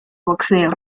boxeo